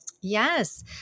Yes